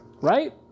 right